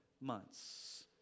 months